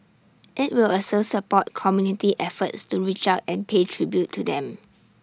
IT will also support community efforts to reach out and pay tribute to them